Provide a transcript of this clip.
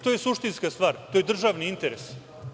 To je suštinska stvar, to je državni interes.